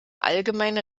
allgemeine